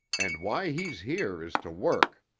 and why he's here is to work.